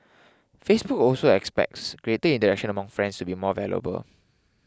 Facebook also expects greater interaction among friends to be more valuable